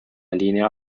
linea